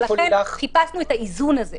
לכן חיפשנו את האיזון הזה.